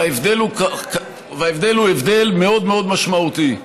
ההבדל הוא מאוד משמעותי.